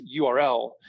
URL